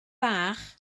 bach